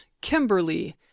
Kimberly